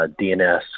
DNS